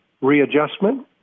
readjustment